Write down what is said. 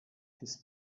his